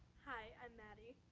hi, i'm maddie.